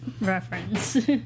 reference